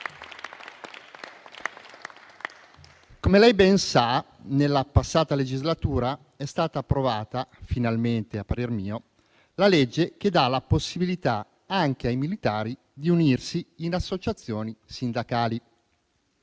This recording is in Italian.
Come lei ben sa, nella passata legislatura è stata approvata - finalmente, a parer mio - la legge che dà la possibilità anche ai militari di unirsi in associazioni sindacali.